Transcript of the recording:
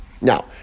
Now